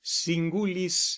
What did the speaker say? singulis